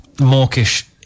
mawkish